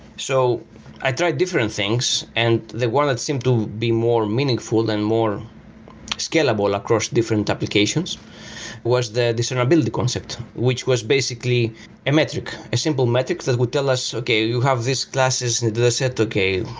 so i tried different things and they were not seemed to be more meaningful and more scalable across different applications was the discernibility concept, which was basically a metric, a simple metric that would tell us, okay. you have these classes in the dataset. okay.